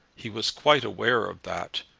he was quite aware of that,